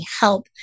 help